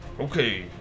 Okay